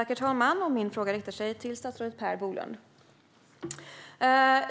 Herr talman! Min fråga riktar sig till statsrådet Per Bolund.